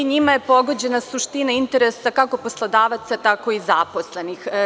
Njime je pogođena suština interesa kako poslodavca, tako i zaposlenih.